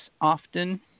often